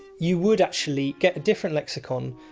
you would actually get a different lexicon.